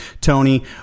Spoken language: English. Tony